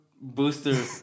Booster